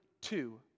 two